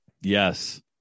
Yes